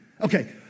Okay